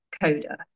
CODA